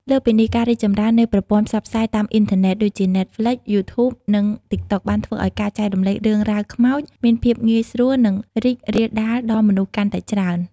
លើសពីនេះ ការរីកចម្រើននៃ ប្រព័ន្ធផ្សព្វផ្សាយតាមអ៊ីនធឺណិត ដូចជា Netflix, YouTube និង Tik Tok បានធ្វើឱ្យការចែករំលែករឿងរ៉ាវខ្មោចមានភាពងាយស្រួលនិងរីករាលដាលដល់មនុស្សកាន់តែច្រើន។